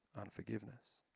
unforgiveness